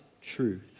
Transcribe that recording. truth